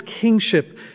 kingship